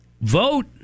vote